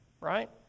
right